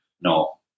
No